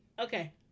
Okay